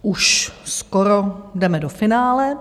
Už skoro jdeme do finále.